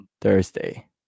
Thursday